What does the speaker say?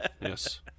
Yes